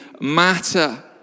matter